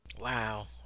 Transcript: Wow